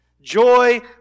joy